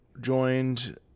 joined